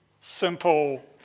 simple